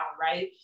right